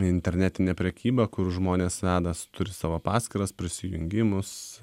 internetinė prekyba kur žmonės veda turi savo paskyras prisijungimus